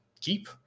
keep